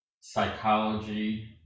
psychology